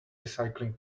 recycling